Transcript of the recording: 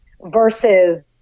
versus